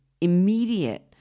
immediate